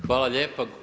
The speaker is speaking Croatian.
Hvala lijepa.